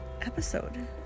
episode